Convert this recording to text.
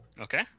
Okay